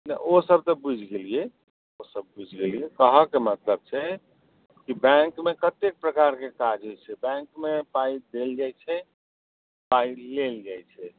ओसब तऽ बुझि गेलिए ओसब बुझि गेलिए कहऽके मतलब छै की बैंकमे कतेक प्रकारके काज होइ छै बैंकमे पाइ देल जाइ छै पाइ लेल जाइ छै